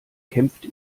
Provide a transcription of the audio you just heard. kämpfte